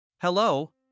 Hello